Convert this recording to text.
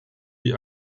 die